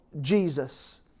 Jesus